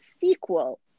sequel